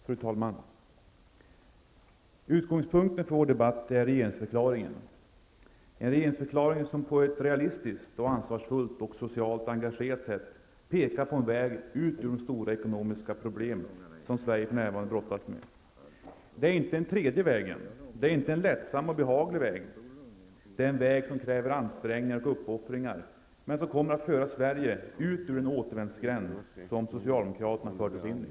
Fru talman! Utgångspunkten för vår debatt är regeringsförklaringen. En regeringsförklaring som på ett realistiskt, ansvarsfullt och socialt engagerat sätt pekar på en väg ut ur de stora ekonomiska problem som Sverige för närvarande brottas med. Det är inte den tredje vägen, det är inte en lättsam och behaglig väg. Det är en väg som kräver ansträngningar och uppoffringar, men som kommer att föra Sverige ut ur den återvändsgränd som socialdemokraterna fört oss in i.